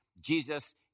Jesus